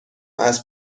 اسب